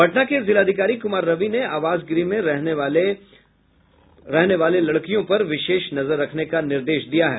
पटना के जिलाधिकारी कुमार रवि ने आवास गृह में रहने वाली लड़कियों पर विशेष नजर रखने का निर्देश दिया है